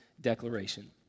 declaration